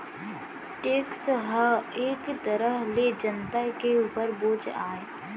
tax ह एक तरह ले जनता के उपर बोझ आय